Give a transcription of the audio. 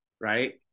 Right